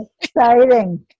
Exciting